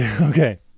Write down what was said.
Okay